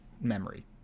memory